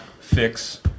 fix